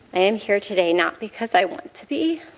i am here today not because i want to be.